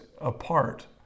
apart